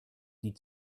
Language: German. die